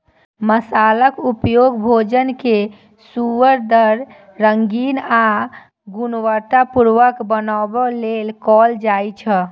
मसालाक उपयोग भोजन कें सुअदगर, रंगीन आ गुणवतत्तापूर्ण बनबै लेल कैल जाइ छै